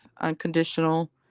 unconditional